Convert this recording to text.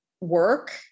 work